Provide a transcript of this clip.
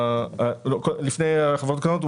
לפני החברות הקטנות.